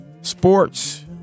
sports